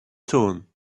tone